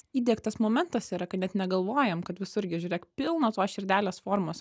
įdiegtas momentas yra kad net negalvojam kad visur gi žiūrėk pilna tos širdelės formos